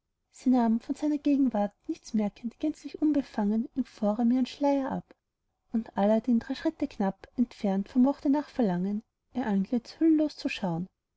sie nahm von seiner gegenwart nichts merkend gänzlich unbefangen im vorraum ihren schleier ab und aladdin drei schritte knapp entfernt vermochte nach verlangen ihr antlitz hüllenlos zu schaun